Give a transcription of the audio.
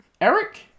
Eric